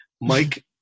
mike